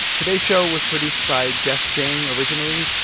today's show was produced by jess jiang originally.